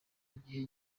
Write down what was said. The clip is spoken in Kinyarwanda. igihe